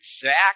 exact